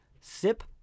sip